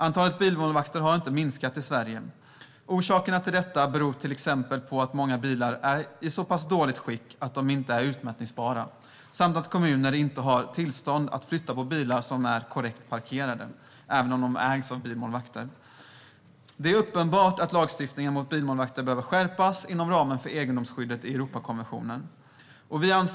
Antalet bilmålvakter har inte minskat i Sverige. Orsakerna till detta är bland annat att många bilar är i så pass dåligt skick att de inte är utmätningsbara samt att kommuner inte har tillstånd att flytta på bilar som är korrekt parkerade, även om de ägs av bilmålvakter. Det är uppenbart att lagstiftningen mot bilmålvakter behöver skärpas inom ramen för egendomsskyddet i Europakonventionen.